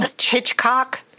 Hitchcock